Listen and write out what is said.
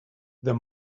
the